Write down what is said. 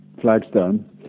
Flagstone